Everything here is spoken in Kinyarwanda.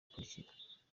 bikurikira